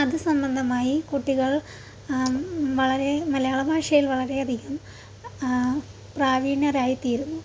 അത് സംബന്ധമായി കുട്ടികൾ വളരെ മലയാള ഭാഷയിൽ വളരെയധികം പ്രാവിണ്യരായിത്തീരുന്നു